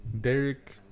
Derek